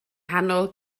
nghanol